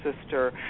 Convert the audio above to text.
sister